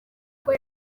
ubwo